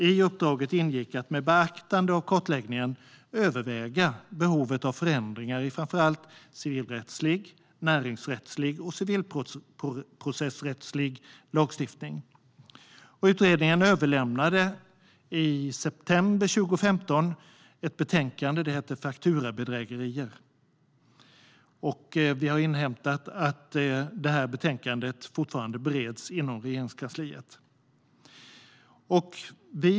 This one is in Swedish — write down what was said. I uppdraget ingick att med beaktande av kartläggningen överväga behovet av förändringar i framför allt civilrättslig, näringsrättslig och civilprocessrättslig lagstiftning. Utredningen överlämnade i september 2015 betänkandet Fakturabedrägerier . Vi har inhämtat information om att det här betänkandet fortfarande bereds inom Regeringskansliet.